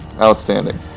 Outstanding